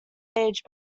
age